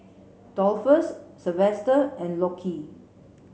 Dolphus Silvester and Lockie